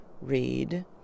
read